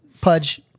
Pudge